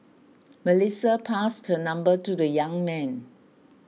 Melissa passed her number to the young man